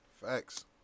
Facts